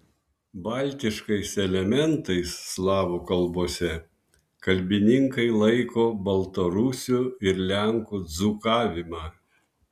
baltiškais elementais slavų kalbose kalbininkai laiko baltarusių ir lenkų dzūkavimą